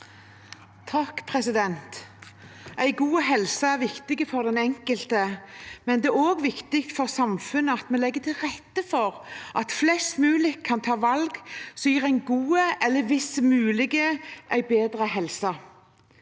(KrF) En god helse er viktig for den enkelte, men det er også viktig for samfunnet at vi legger til rette for at flest mulig kan ta valg som gir en god eller, hvis mulig, en bedre helse.